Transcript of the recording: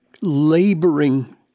laboring